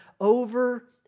over